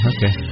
Okay